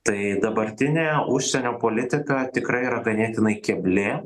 tai dabartinė užsienio politika tikrai yra ganėtinai kebli